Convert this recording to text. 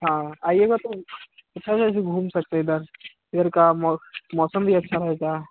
हाँ आइएगा तो सब ऐसे घूम सकते इधर इधर का मो मौसम भी अच्छा रहता